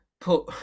put